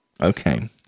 okay